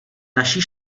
naší